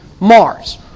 Mars